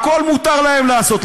הכול מותר להם לעשות,